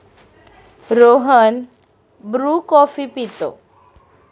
Rohan Bru coffee पितो